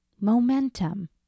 momentum